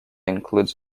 includes